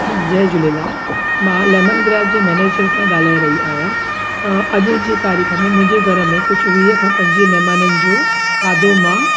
जय झूलेलाल मां Lemon Grass जे manager सां ॻाल्हाए रही आहियां अॼु जे तारीख़ में मुंहिंजे घर में कुझु वीह खां पंजवीह महिमाननि जो खाधो मां